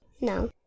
No